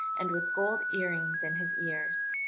and with gold earrings in his ears.